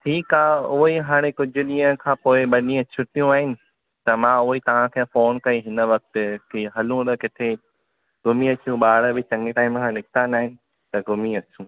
ठीकु आहे ऊंअईं हाणे कुझु ॾींहं खां पोइ ॿ ॾींहं जी छुटियूं आहिनि त मां उहाई तव्हांखे फ़ोन कई हिन वक़्त की हलूं त किथे घुमी अचूं ॿार बि चङे टाइम खां निकिता न आहिनि त घुमी अचूं